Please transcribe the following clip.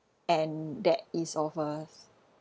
and that is of a